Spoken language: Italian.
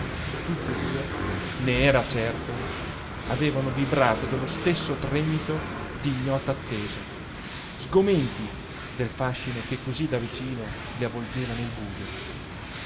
tutti e due ne era certo avevano vibrato dello stesso tremito d'ignota attesa sgomenti del fascino che cosí da vicino li avvolgeva nel bujo